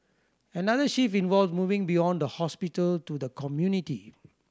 another shift involves moving beyond the hospital to the community